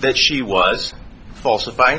that she was falsif